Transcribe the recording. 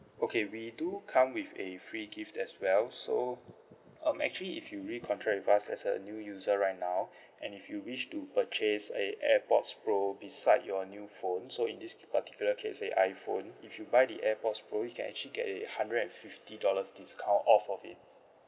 okay we do come with a free gift as well so um actually if you recontract with us as a new user right now and if you wish to purchase a airpods pro beside your new phone so in this particular case say iPhone if you buy the AirPods pro you can actually get a hundred and fifty dollars discount off of it